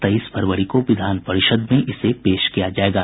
तेईस फरवरी को विधान परिषद् में इसे पेश किया जायेगा